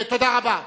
תודה רבה.